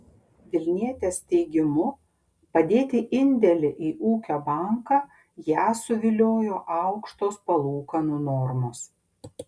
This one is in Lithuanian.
vilnietės teigimu padėti indėlį į ūkio banką ją suviliojo aukštos palūkanų normos